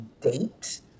date